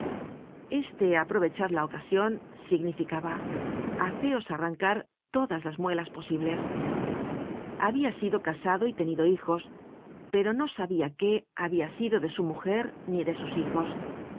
este aprovechad la ocasion significaba haceos arrancar todas las muelas posibles habia sido casado y tenido hijos pero no sabia qué habia sido de su mujer ni de sus hijos